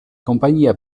compagnia